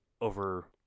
over